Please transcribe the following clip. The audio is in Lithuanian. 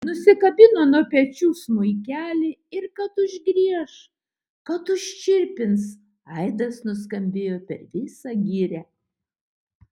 nusikabino nuo pečių smuikelį ir kad užgrieš kad užčirpins aidas nuskambėjo per visą girią